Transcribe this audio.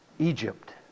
Egypt